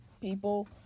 people